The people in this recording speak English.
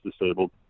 disabled